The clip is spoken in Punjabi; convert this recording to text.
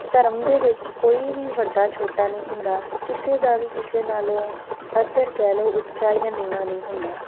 ਧਰਮ ਦੇ ਵਿੱਚ ਕੋਈ ਵੀ ਵੱਡਾ ਛੋਟਾ ਨਹੀਂ ਹੁੰਦਾ ਕਿਸੇ ਦਾ ਵੀ ਕਿਸੇ ਨਾਲੋਂ ਪੱਧਰ ਕਹਿ ਲਓ ਉੱਚਾ ਜਾਂ ਨੀਵਾਂ ਨਹੀਂ ਹੁੰਦਾ